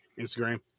Instagram